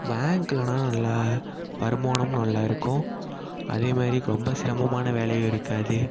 பேங்க்லனால் நல்லா வருமானமும் நல்லா இருக்கும் அதே மாதிரி ரொம்ப சிரமமான வேலையும் இருக்காது